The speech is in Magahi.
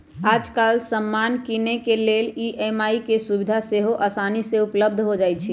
याजकाल समान किनेके लेल ई.एम.आई के सुभिधा सेहो असानी से उपलब्ध हो जाइ छइ